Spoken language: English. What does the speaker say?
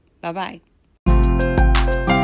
Bye-bye